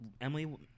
Emily